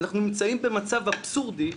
אנחנו נמצאים במצב אבסורדי,